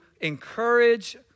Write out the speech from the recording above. encourage